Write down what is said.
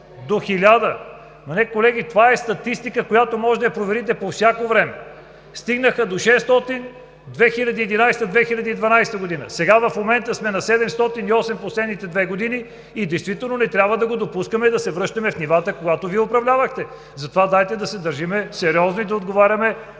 за България“.) Колеги, това е статистика, която може да я проверите по всяко време. Стигнаха до 600 през 2011 – 2012 г., в момента сме на 700 в последните две години. Действително не трябва да го допускаме и да се връщаме в нивата, когато Вие управлявахте, затова дайте да се държим сериозно и да говорим